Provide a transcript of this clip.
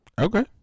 okay